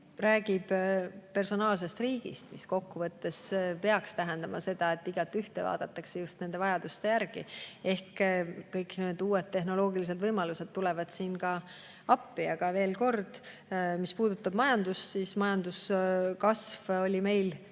räägib personaalsest riigist, mis kokkuvõttes peaks tähendama seda, et igaühte vaadatakse just tema vajaduste järgi. Kõik need uued tehnoloogilised võimalused tulevad siin ka appi. Aga veel kord, mis puudutab majandust, siis majanduskasv oli meil